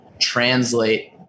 translate